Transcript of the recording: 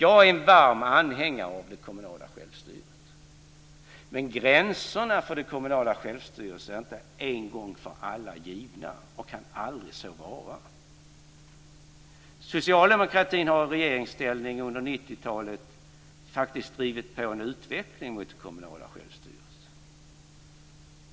Jag är en varm anhängare av det kommunala självstyret. Men gränserna för det kommunala självstyret är inte en gång för alla givna och kan aldrig så vara. Socialdemokraterna har i regeringsställning under 90-talet drivit på en utveckling av det kommunala självstyret.